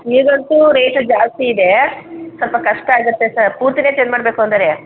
ಈಗ ಅಂತೂ ರೇಟ್ ಜಾಸ್ತಿಯಿದೆ ಸ್ವಲ್ಪ ಕಷ್ಟ ಆಗುತ್ತೆ ಸರ್ ಪೂರ್ತಿಯೇ ಚೇಂಜ್ ಮಾಡಬೇಕು ಎಂದರೆ